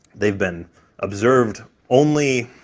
they've been observed only